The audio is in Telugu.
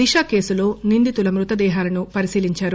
దిశ కేసు నిందితుల మ్పతదేహాలను పరిశీలించారు